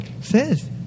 says